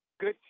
good